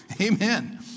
Amen